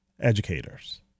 educators